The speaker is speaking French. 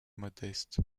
modeste